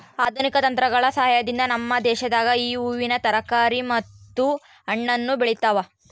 ಆಧುನಿಕ ತಂತ್ರಗಳ ಸಹಾಯದಿಂದ ನಮ್ಮ ದೇಶದಾಗ ಈ ಹೂವಿನ ತರಕಾರಿ ಮತ್ತು ಹಣ್ಣನ್ನು ಬೆಳೆತವ